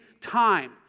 time